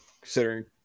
considering